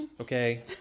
okay